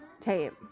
tape